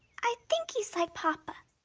i think he's like papa. i